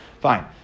Fine